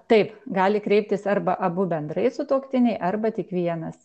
taip gali kreiptis arba abu bendrai sutuoktiniai arba tik vienas